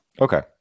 Okay